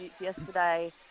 yesterday